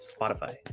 spotify